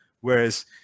whereas